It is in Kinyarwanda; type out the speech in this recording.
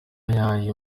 nyayo